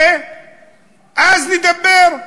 ואז נדבר.